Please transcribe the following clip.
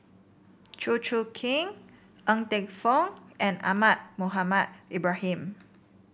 Chew Choo Keng Ng Teng Fong and Ahmad Mohamed Ibrahim